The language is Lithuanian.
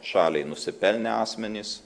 šaliai nusipelnę asmenys